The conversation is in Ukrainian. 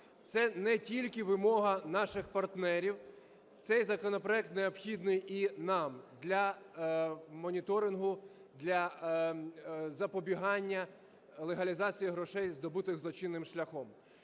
Це не тільки вимога наших партнерів, цей законопроект необхідний і нам для моніторингу, для запобігання легалізації грошей, здобутих злочинним шляхом.